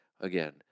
again